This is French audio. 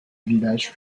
village